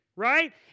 Right